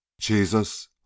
Jesus